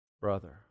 Brother